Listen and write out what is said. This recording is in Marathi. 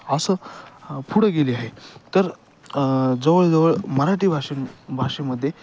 असं पुढं गेली आहे तर जवळ जवळ मराठी भाषे भाषेमध्ये